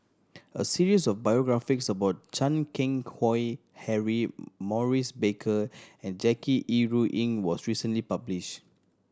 a series of biographies about Chan Keng Howe Harry Maurice Baker and Jackie Yi Ru Ying was recently published